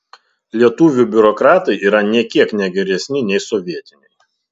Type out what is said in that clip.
lietuvių biurokratai yra nė kiek ne geresni nei sovietiniai